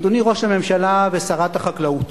אדוני ראש הממשלה ושרת החקלאות,